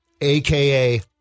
aka